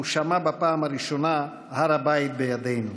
שמע בפעם הראשונה "הר הבית בידינו".